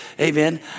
Amen